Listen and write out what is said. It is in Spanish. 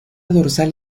dorsal